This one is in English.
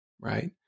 right